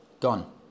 gone